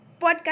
podcast